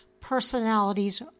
personalities